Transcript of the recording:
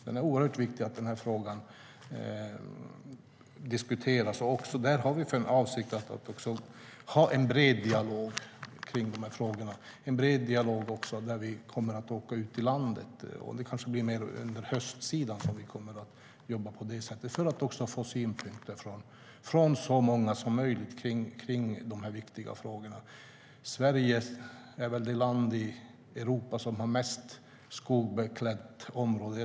Det är oerhört viktigt att frågan diskuteras. Även där har vi för avsikt att ha en bred dialog. Vi kommer också att åka ut i landet. Vi kommer kanske att jobba på det sättet mer under hösten, för att få synpunkter från så många som möjligt på de här viktiga frågorna. Sverige är väl det land i Europa som har mest skogbeklätt område.